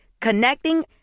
Connecting